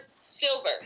silver